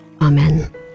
Amen